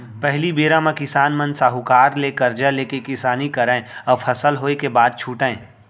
पहिली बेरा म किसान मन साहूकार ले करजा लेके किसानी करय अउ फसल होय के बाद छुटयँ